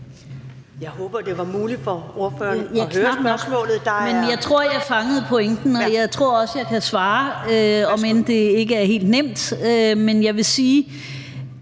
jeg tror, at jeg fangede pointen, og jeg tror også, at jeg kan svare, om end det ikke er helt nemt.